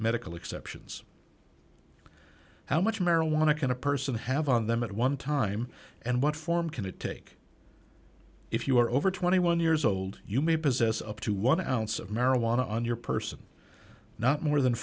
medical exceptions how much marijuana can a person have on them at one time and what form can it take if you are over twenty one years old you may possess up to one ounce of marijuana on your person not more than